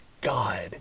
God